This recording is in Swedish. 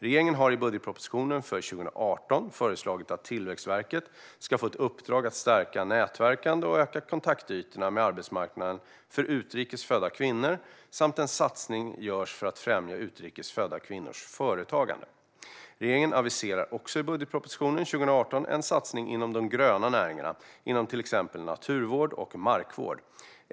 Regeringen har i budgetpropositionen för 2018 föreslagit att Tillväxtverket ska få ett uppdrag att stärka nätverkande och öka kontaktytorna med arbetsmarknaden för utrikes födda kvinnor samt att en satsning görs för att främja utrikes födda kvinnors företagande. Regeringen aviserar också i budgetpropositionen för 2018 en satsning inom de gröna näringarna, till exempel naturvård och markvård.